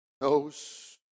knows